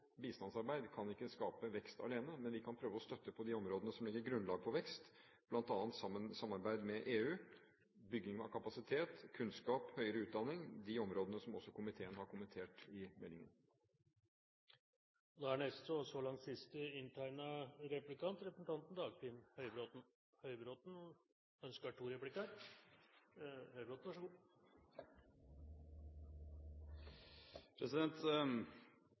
bistandsarbeid ikke kan skape vekst alene, men vi kan prøve å støtte innenfor de områdene som legger grunnlag for vekst, bl.a. samarbeid med EU, bygging av kapasitet, kunnskap, høyere utdanning – de områdene som også komiteen har kommentert i innstillingen til meldingen.